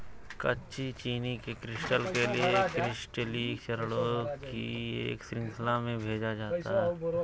कच्ची चीनी के क्रिस्टल के लिए क्रिस्टलीकरण चरणों की एक श्रृंखला में भेजा जाता है